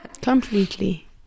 Completely